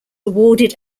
awarded